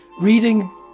reading